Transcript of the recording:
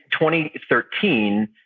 2013